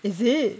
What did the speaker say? is it